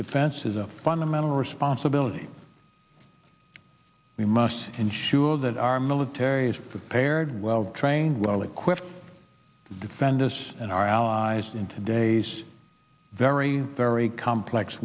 defense is a fundamental responsibility we must ensure that our military is prepared well trained well equipped to defend us and our allies in today's very very complex